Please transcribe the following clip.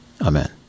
Amen